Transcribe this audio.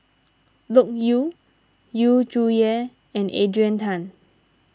Loke Yew Yu Zhuye and Adrian Tan